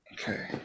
Okay